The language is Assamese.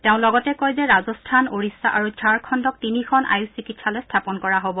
তেওঁ লগতে কয় যে ৰাজস্থান ওড়িশা আৰু ঝাৰখণ্ডক তিনিখন আয়ুষ চিকিৎসালয় স্থাপন কৰা হ'ব